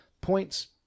points